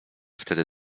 wtedy